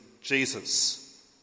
Jesus